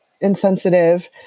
insensitive